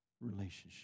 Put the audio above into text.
relationship